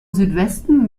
südwesten